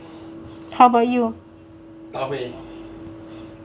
how about you